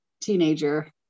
teenager